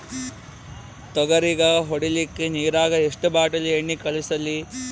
ತೊಗರಿಗ ಹೊಡಿಲಿಕ್ಕಿ ನಿರಾಗ ಎಷ್ಟ ಬಾಟಲಿ ಎಣ್ಣಿ ಕಳಸಲಿ?